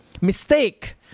mistake